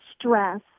stress